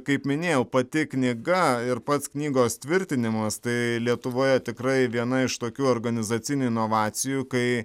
kaip minėjau pati knyga ir pats knygos tvirtinimas tai lietuvoje tikrai viena iš tokių organizacinių inovacijų kai